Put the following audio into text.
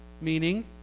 meaning